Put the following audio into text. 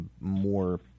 more